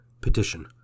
Petition